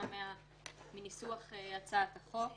גם מניסוח הצעת החוק,